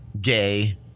gay